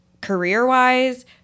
career-wise